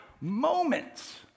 moments